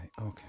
okay